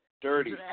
Dirty